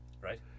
Right